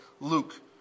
Luke